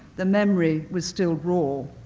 the memory was still raw.